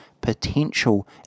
potential